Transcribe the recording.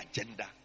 agenda